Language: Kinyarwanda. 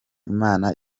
imana